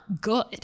good